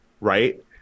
Right